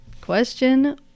Question